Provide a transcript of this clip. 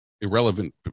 irrelevant